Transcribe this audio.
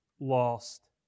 lost